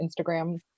Instagram